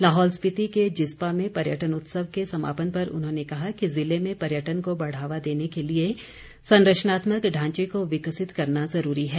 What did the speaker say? लाहौल स्पीति के जिस्पा में पर्यटन उत्सव के समापन पर उन्होंने कहा कि जिले में पर्यटन को बढ़ावा देने के लिए संरचनात्मक ढांचे को विकसित करना जरूरी है